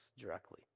directly